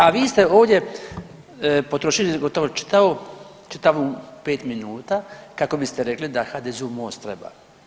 A vi ste ovdje potrošili gotovo čitavu 5 minuta kako biste rekli da HDZ-u Most treba.